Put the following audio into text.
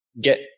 get